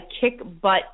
kick-butt